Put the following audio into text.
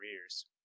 careers